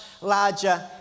larger